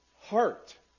heart